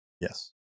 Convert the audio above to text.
Yes